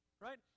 Right